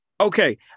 Okay